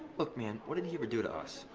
look man what did he ever do to us?